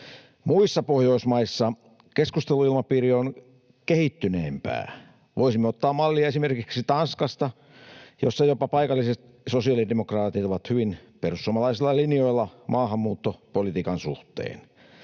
Muissa Pohjoismaissa keskusteluilmapiiri on kehittyneempää. Voisimme ottaa mallia esimerkiksi Tanskasta, jossa jopa paikalliset sosiaalidemokraatit ovat hyvin perussuomalaisilla linjoilla maahanmuuttopolitiikan suhteen.